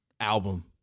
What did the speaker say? Album